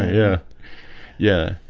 yeah yeah,